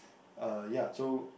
uh ya so